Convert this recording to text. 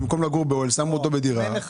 במקום לגור באוהל שמו אותו בדירה.